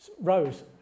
Rose